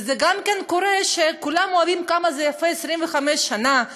וזה גם קורה כשכולם אוהבים: כמה זה יפה 25 שנה,